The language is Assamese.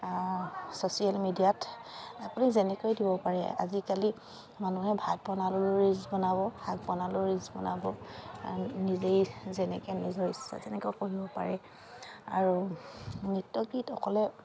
ছ'চিয়েল মিডিয়াত আপুনি যেনেকৈ দিব পাৰে আজিকালি মানুহে ভাত বনালেও ৰীলচ বনাব শাক বনালেও ৰীলচ বনাব নিজেই যেনেকৈ নিজৰ ইচ্ছা তেনেকৈ কৰিব পাৰে আৰু নৃত্য গীত অকলে